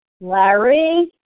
Larry